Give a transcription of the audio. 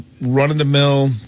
run-of-the-mill